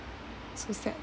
so sad